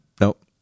Nope